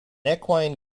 equine